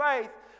faith